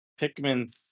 pikmin